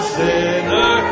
sinner